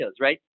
right